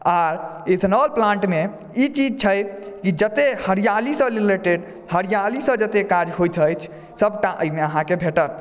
आ ethanol plant मे ई चीज छै कि जते हरियालीसँ रिलेटेड हरियालीसँ जते काज होइत अछि सभटा अहिमे अहाँके भेटत